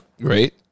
great